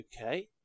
Okay